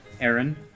Aaron